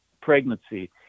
pregnancy